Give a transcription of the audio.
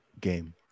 game